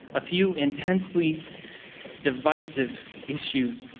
a few intensely divisive issues,